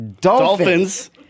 Dolphins